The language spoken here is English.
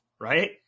right